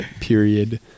period